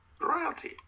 Royalty